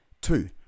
Two